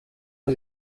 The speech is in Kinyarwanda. aho